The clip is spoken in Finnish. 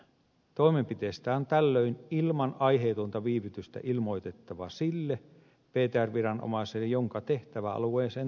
toimenpiteestä on tällöin ilman aiheetonta viivytystä ilmoitettava sille ptr viranomaiselle jonka tehtäväalueeseen toimenpide kuuluu